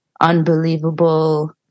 unbelievable